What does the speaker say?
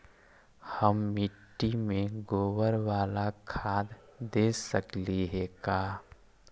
हम मिट्टी में गोबर बाला खाद दे सकली हे का?